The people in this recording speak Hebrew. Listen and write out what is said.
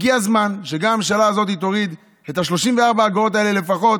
הגיע הזמן שגם הממשלה הזאת תוריד את ה-34 אגורות האלה לפחות,